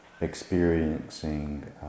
experiencing